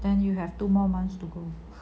then you have two more months to go